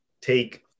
take